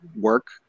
work